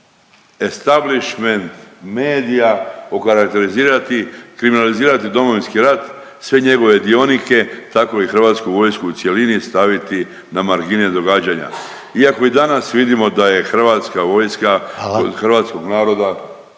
establišment medija okarakterizirati, kriminalizirati Domovinski rat, sve njegove dionike, tako i Hrvatsku vojsku u cjelini staviti na margine događanja. Iako i danas vidimo da je Hrvatska vojska … .../Upadica: